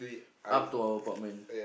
up to our apartment